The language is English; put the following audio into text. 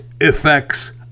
effects